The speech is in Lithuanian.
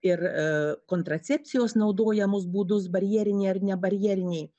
ir kontracepcijos naudojamus būdus barjeriniai ar ne barjeriniai